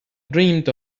dreamed